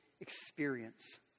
experience